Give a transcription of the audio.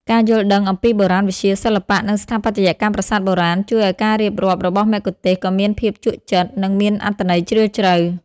ការយល់ដឹងអំពីបុរាណវិទ្យា សិល្បៈ និងស្ថាបត្យកម្មប្រាសាទបុរាណ ជួយឱ្យការរៀបរាប់របស់មគ្គុទ្ទេសក៍មានភាពជក់ចិត្ត និងមានអត្ថន័យជ្រាលជ្រៅ។